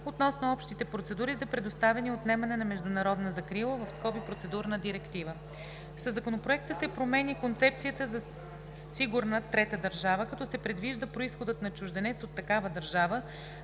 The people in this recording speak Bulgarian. относно общите процедури за предоставяне и отнемане на международна закрила (Процедурна директива). Със Законопроекта се променя концепцията за „сигурна трета държава“, като се предвижда произходът на чужденец от такава държава